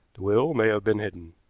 the will may have been hidden.